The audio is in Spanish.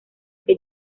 que